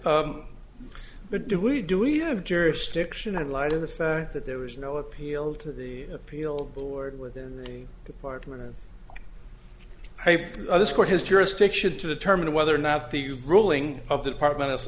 thought but do we do we have jurisdiction in light of the fact that there was no appeal to the appeal board within the department hey this court has jurisdiction to determine whether or not the ruling of the department of